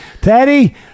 Teddy